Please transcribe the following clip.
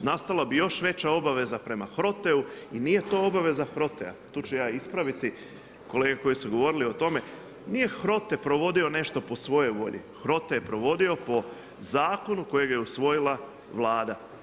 nastala bi još veća obaveza prema HROTE nije to obaveza HROTE tu ću ja ispraviti, kolege koje su govorili o tome, nije HROTE provodio nešto po svojoj volji, HROTE je provodio, po Zakonu kojeg je usvojila Vlada.